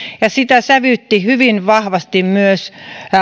ja sitä sävytti hyvin vahvasti myös